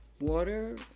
water